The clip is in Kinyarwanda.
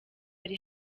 ari